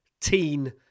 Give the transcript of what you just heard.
teen